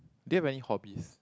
then when you hobbies